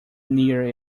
near